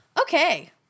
okay